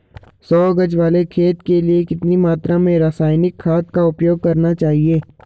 सौ गज वाले खेत के लिए कितनी मात्रा में रासायनिक खाद उपयोग करना चाहिए?